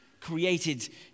created